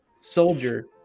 Soldier